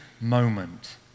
moment